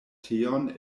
teon